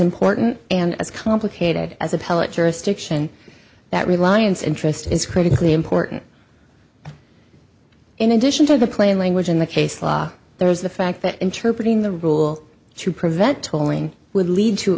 important and as complicated as appellate jurisdiction that reliance interest is critically important in addition to the plain language in the case law there is the fact that interpreted in the rule to prevent tolling would lead to